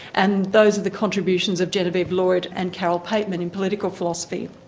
and those of the contributions of genevieve lloyd and carole pateman in political philosophy.